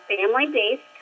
family-based